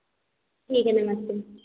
ठीक है नमस्ते